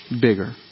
bigger